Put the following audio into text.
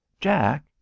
Jack